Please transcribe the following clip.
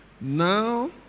Now